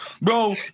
Bro